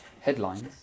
Headlines